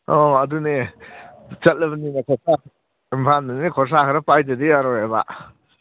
ꯑꯣ ꯑꯗꯨꯅꯦ ꯆꯠꯂꯕꯅꯤꯅ ꯏꯝꯐꯥꯜꯗꯅꯤꯅ ꯈꯣꯔꯁꯥ ꯈꯔ ꯄꯥꯏꯗꯗꯤ ꯌꯥꯔꯣꯏꯌꯦꯕ